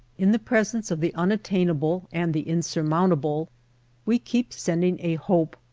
in the pres ence of the unattainable and the insurmount able we keep sending a hope,